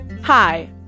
Hi